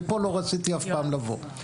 לפה לא רציתי אף פעם לבוא,